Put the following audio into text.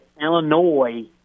Illinois